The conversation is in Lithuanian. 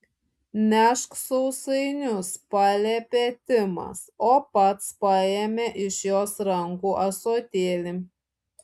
nešk sausainius paliepė timas o pats paėmė iš jos rankų ąsotėlį